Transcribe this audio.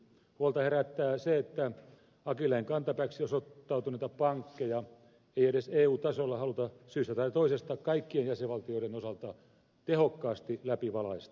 huolta herättää se että akilleenkantapääksi osoittautuneita pankkeja ei edes eu tasolla haluta syystä tai toisesta kaikkien jäsenvaltioiden osalta tehokkaasti läpivalaista